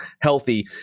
healthy